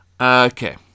Okay